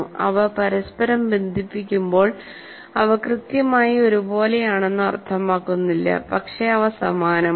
അവ പരസ്പരം ബന്ധിപ്പിക്കുമ്പോൾ അവ കൃത്യമായി ഒരുപോലെയാണെന്നു അർത്ഥമാക്കുന്നില്ല പക്ഷേ അവ സമാനമാണ്